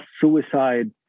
suicide